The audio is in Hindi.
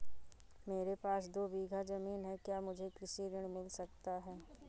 मेरे पास दो बीघा ज़मीन है क्या मुझे कृषि ऋण मिल सकता है?